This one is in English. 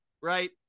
right